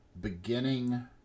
beginning